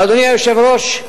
אדוני היושב-ראש,